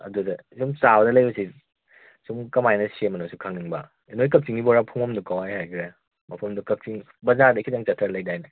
ꯑꯗꯨꯗ ꯁꯨꯝ ꯆꯥꯕꯅ ꯁꯨꯝ ꯀꯃꯥꯏꯅ ꯁꯦꯝꯕꯅꯣꯁꯨ ꯈꯪꯅꯤꯡꯕ ꯅꯣꯏ ꯀꯛꯆꯤꯡꯒꯤ ꯕꯣꯔꯥ ꯐꯪꯐꯝꯗꯨ ꯀꯥꯏꯋꯥꯏ ꯍꯥꯏꯒꯦ ꯃꯐꯝꯗꯨ ꯀꯛꯆꯤꯡ ꯕꯖꯥꯔꯗꯩ ꯈꯤꯇꯪ ꯆꯠꯊꯔ ꯂꯩꯗꯥꯏꯅꯦ